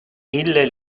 ille